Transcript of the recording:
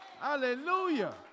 Hallelujah